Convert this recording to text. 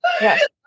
yes